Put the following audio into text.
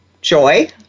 joy